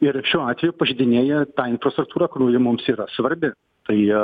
ir šiuo atveju pažeidinėja tą infrastruktūrą kuri mums yra svarbi tai